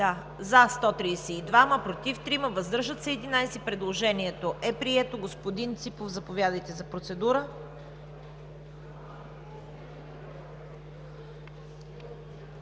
за 132, против 3, въздържали се 11. Предложението е прието. Господин Ципов, заповядайте за процедура.